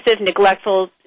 neglectful